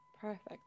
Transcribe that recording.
perfect